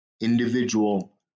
individual